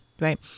right